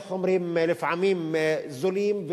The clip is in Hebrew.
לפעמים זולים,